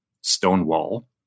Stonewall